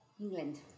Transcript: England